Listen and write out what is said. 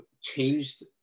changed